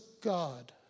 God